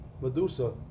Medusa